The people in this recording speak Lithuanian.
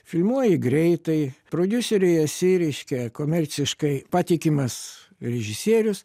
filmuoji greitai prodiuseriui esi reiškia komerciškai patikimas režisierius